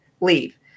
leave